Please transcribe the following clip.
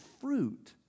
fruit